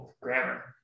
grammar